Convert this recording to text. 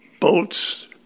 Boats